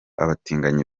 abatinganyi